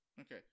Okay